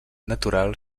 natural